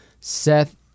Seth